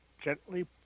gently